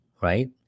Right